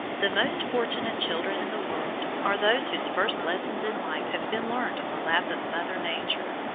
the most fortunate children in the world are those whose first lessons in life have been learned on the lap of mother nature.